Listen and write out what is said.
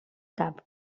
cap